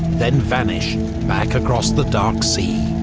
then vanish back across the dark sea.